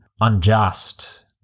unjust